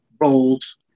roles